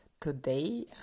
Today